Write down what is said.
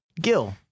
Gil